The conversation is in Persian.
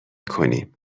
کنیم